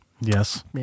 Yes